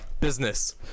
business